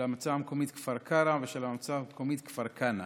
של המועצה המקומית כפר קרע ושל המועצה המקומית כפר כנא,